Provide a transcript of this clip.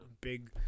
big